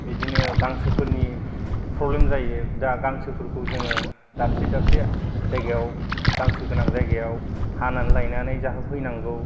बिदिनो गांसोफोरनि प्रब्लेम जायो दा गांसोफोरखौ जोङो दाबसे दाबसे जायगायाव गांसो गोनां जायगायाव हानानै लायनानै जाहोफैनांगौ